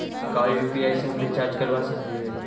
का यु.पी.आई से हम रिचार्ज करवा सकली हे?